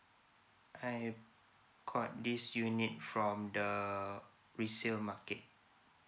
I've got this unit from the resale market